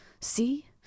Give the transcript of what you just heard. see